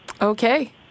Okay